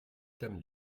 thème